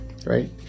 Right